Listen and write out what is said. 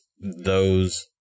those-